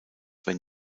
wenn